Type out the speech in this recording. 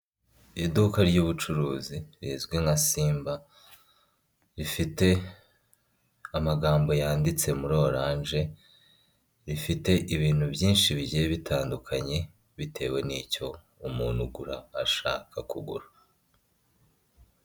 Iduka ryubucuruzi rizwi nka simba ,rifite amagambo yanditse muri orange, rifite ibintu byinshi bigiye bitandukanye bitewe n'icyo umuntu ugura ashaka kugura.